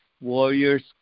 warriors